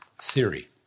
Theory